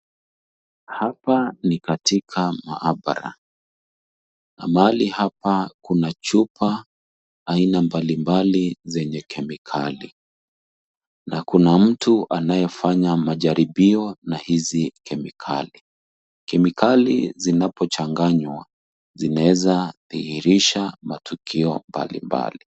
Hapa ni katika maabara .Mahali hapa kuna chupa aina mbalimbali zenye kemikali na kuna mtu anayefanya majaribio na hizi kemikali. Kemikali zinapochanganywa zinaweza dhihirisha matukio mbalimbali.